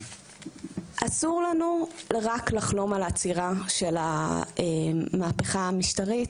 אסור לנו רק לחלום על עצירה של המהפכה המשטרית.